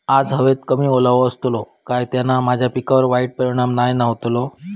आज हवेत कमी ओलावो असतलो काय त्याना माझ्या पिकावर वाईट परिणाम नाय ना व्हतलो?